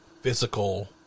physical